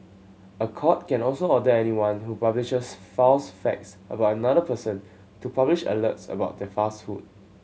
a court can also order anyone who publishes false facts about another person to publish alerts about the falsehood